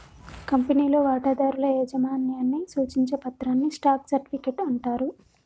కంపెనీలో వాటాదారుల యాజమాన్యాన్ని సూచించే పత్రాన్ని స్టాక్ సర్టిఫికెట్ అంటారు